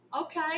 Okay